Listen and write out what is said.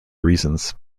reasons